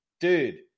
dude